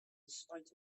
spite